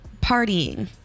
partying